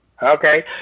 Okay